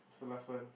what's the last one